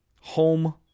home